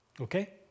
Okay